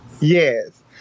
Yes